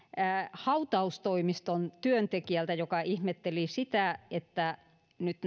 hautaustoimiston työntekijältä joka ihmetteli sitä että nyt